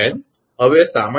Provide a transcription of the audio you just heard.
હવે સામાન્ય કોરોનામાં 𝑚𝑣 0